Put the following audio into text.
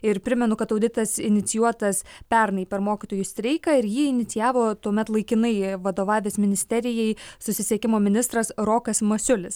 ir primenu kad auditas inicijuotas pernai per mokytojų streiką ir jį inicijavo tuomet laikinai vadovavęs ministerijai susisiekimo ministras rokas masiulis